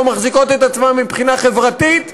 לא מחזיקות את עצמן מבחינה חברתית,